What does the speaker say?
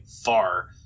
far